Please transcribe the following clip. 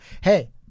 hey